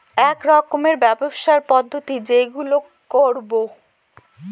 এক রকমের ব্যবসার পদ্ধতি যেইগুলো করবো